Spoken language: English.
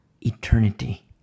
eternity